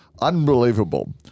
Unbelievable